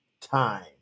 time